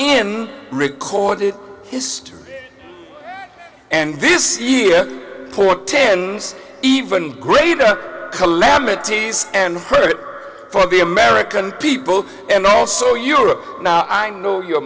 in recorded history and this year poor ten even greater calamities and hurt for the american people and also europe now i know you're